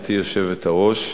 גברתי היושבת-ראש,